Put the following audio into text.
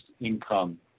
income